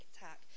attack